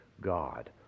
God